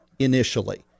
initially